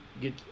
get